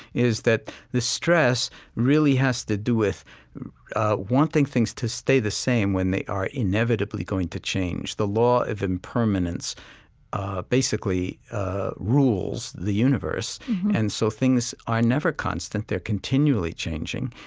is that the stress really has to do with wanting things to stay the same when they are inevitably going to change. the law of impermanence ah basically rules the universe and so things are never constant they're continually changing.